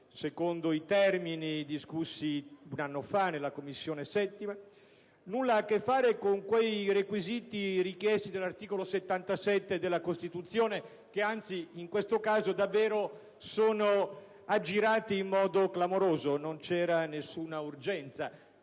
secondo i termini discussi più di un anno fa in Commissione 7a, non ha nulla a che fare con i requisiti richiesti dall'articolo 77 della Costituzione, che anzi in questo caso davvero sono aggirati in modo clamoroso. Non c'era infatti alcuna urgenza,